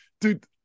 dude